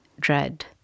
dread